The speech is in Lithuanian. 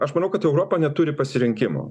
aš manau kad europa neturi pasirinkimo